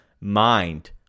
mind